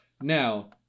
Now